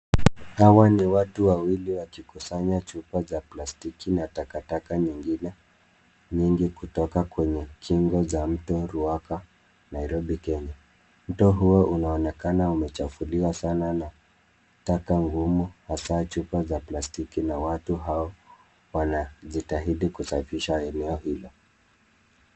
Hawa ni watu wawili wakikusanya chupa za plastiki na takataka nyingine nyingi kutoka kwenye kingo za mto Ruaka Nairobi, Kenya. Mto huo unaonekana umechafuliwa sana na taka ngumu hasa chupa za plastiki na watu hao wanajitahidi kusafisha eneo hilo.